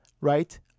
right